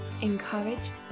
encouraged